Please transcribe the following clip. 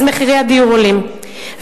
אז מחירי הדיור עולים,